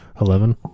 Eleven